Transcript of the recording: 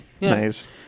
Nice